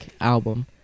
album